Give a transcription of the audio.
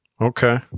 Okay